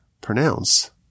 pronounce